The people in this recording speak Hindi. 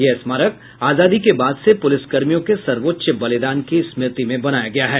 यह स्मारक आजादी के बाद से पुलिसकर्मियों के सर्वोच्च बलिदान की स्मृति में बनाया गया है